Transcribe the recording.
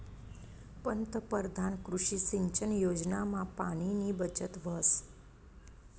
पंतपरधान कृषी सिंचन योजनामा पाणीनी बचत व्हस